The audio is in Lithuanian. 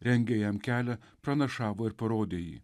rengė jam kelią pranašavo ir parodė jį